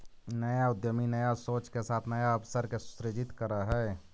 नया उद्यमी नया सोच के साथ नया अवसर के सृजित करऽ हई